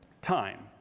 time